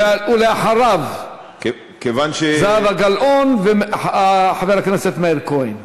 כיוון, ואחריו, זהבה גלאון וחבר הכנסת מאיר כהן.